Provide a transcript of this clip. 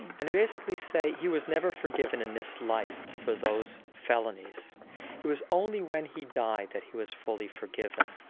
and they basically say he was never forgiven in this life for those felonies it was only when he died that he was fully forgiven.